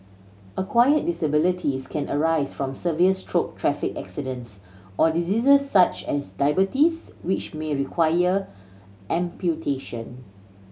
acquired disabilities can arise from severe stroke traffic accidents or diseases such as diabetes which may require amputation